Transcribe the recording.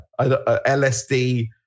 LSD